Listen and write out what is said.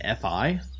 fi